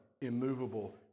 immovable